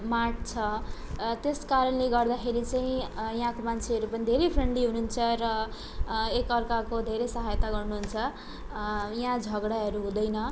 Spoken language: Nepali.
मार्ट छ त्यस कारणले गर्दाखेरि चाहिँ यहाँको मान्छेहरू पनि धेरै फ्रेन्डली हुनुहुन्छ र एकाअर्काको धेरै सहायता गर्नुहुन्छ यहाँ झगडाहरू हुँदैन